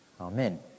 Amen